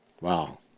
Wow